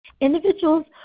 Individuals